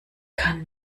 kann